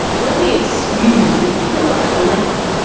when we excuse the killer at length,